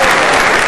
נא לשבת.